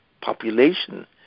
population